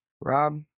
Rob